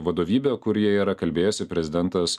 vadovybė kur jie yra kalbėjosi prezidentas